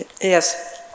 Yes